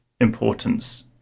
importance